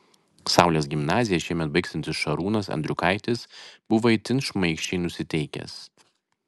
saulės gimnaziją šiemet baigsiantis šarūnas andriukaitis buvo itin šmaikščiai nusiteikęs